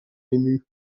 ému